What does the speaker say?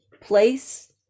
place